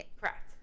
Correct